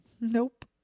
Nope